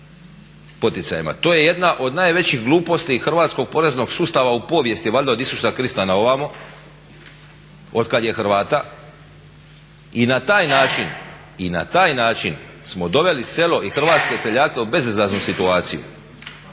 poticajima. To je jedna od najvećih gluposti hrvatskog poreznog sustava u povijesti, valjda o Isusa Krista na ovamo, od kad je Hrvata. I na taj način, i na taj način smo doveli selo i hrvatske seljake u bezizlaznu situaciju.